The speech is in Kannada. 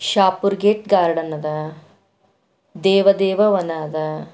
ಶಾಪುರ ಗೇಟ್ ಗಾರ್ಡನ್ ಅದ ದೇವ ದೇವ ವನ ಅದ